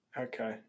Okay